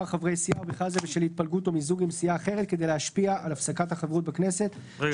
כדי להשפיע על הפסקת החברות בכנסת של